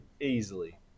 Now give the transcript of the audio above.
easily